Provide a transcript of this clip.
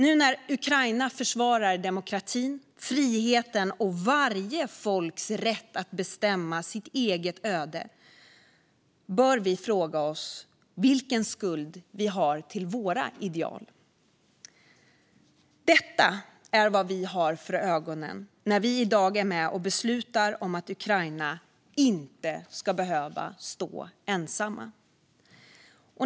Nu när Ukraina försvarar demokratin, friheten och varje folks rätt att bestämma sitt eget öde bör vi fråga oss vilken skuld vi har till våra ideal. Detta är vad vi har för ögonen när vi i dag är med och beslutar om att Ukraina inte ska behöva stå ensamma.